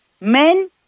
men